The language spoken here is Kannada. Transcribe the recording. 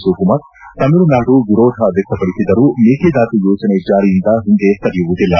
ಶಿವಕುಮಾರ್ ತಮಿಳುನಾಡು ವಿರೋಧ ವ್ಯಕ್ತಪಡಿಸಿದರೂ ಮೇಕೆದಾಟು ಯೋಜನೆ ಜಾರಿಯಿಂದ ಓಹಿಂದೆ ಸರಿಯುವುದಿಲ್ಲ